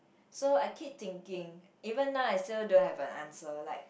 so I keep thinking even now I still don't have an answer like